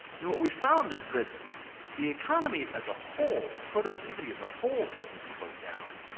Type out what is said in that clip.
and what we found is that the economy as a whole, productivity as a whole hasn't slowed down.